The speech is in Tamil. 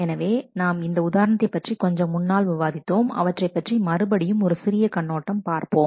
எனவே நாம் இந்த உதாரணத்தை பற்றி கொஞ்சம் முன்னால் விவாதித்தோம் அவற்றைப் பற்றி மறுபடியும் ஒரு சிறிய கண்ணோட்டம் பார்ப்போம்